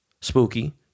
spooky